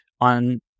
on